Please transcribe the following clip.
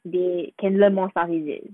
they can learn more stuff is it